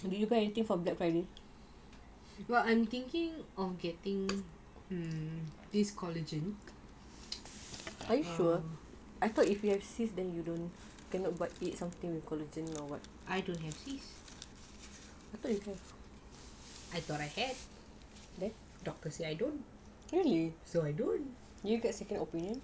well I'm thinking of getting um this collagen I don't have swiss I thought I have doctor say I don't so I don't